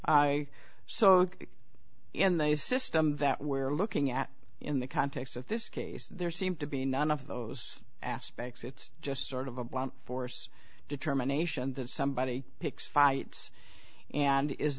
saw in the system that we're looking at in the context of this case there seem to be none of those aspects it's just sort of a blunt force determination that somebody picks fights and is